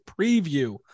Preview